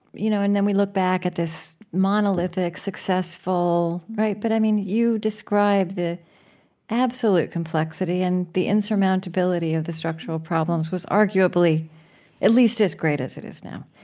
you know, and then we look back at this monolithic, successful right? but i mean you describe the absolute complexity and the insurmountability of the structural problems was arguably at least as great as it is now.